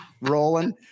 rolling